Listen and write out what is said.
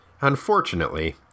Unfortunately